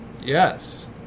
Yes